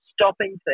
stopping